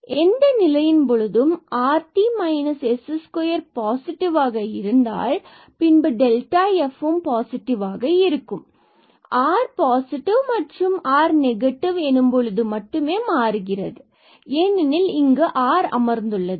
எனவே எந்த நிலையின் போதும் இது rt s2 பாசிட்டிவ் ஆக இருந்தால் பின்பு f மதிப்பும் பாசிட்டிவாக இருக்கும் ஆர் r பாசிட்டிவ் மற்றும் r நெகட்டிவ் எனும் பொழுது மட்டுமே மாறுகிறது ஏனெனில் இங்கு r அமர்ந்துள்ளது